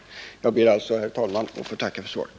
Jag ber alltså, herr talman, att få tacka för svaret.